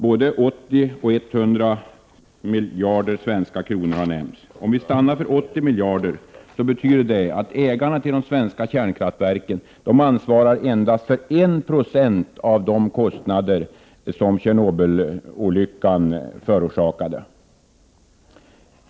Både 80 och 100 miljarder svenska kronor har nämnts. Om vi stannar för 80 miljarder, betyder detta att ägarna till svenska kärnkraftverk endast ansvarar för 1 90 av vad Tjernobylkatastrofen orsakade skador för.